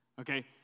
okay